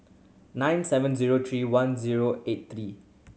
nine seven zero three one zero eight three